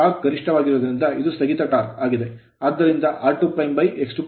Torque torque ಗರಿಷ್ಠವಾಗಿರುವುದರಿಂದ ಅದು ಸ್ಥಗಿತ torque ಟಾರ್ಕ್ ಆಗಿದೆ